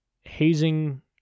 hazing